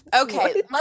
okay